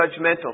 judgmental